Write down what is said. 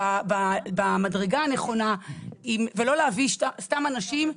במדרגה הנכונה ולא להביא סתם אנשים,